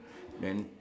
then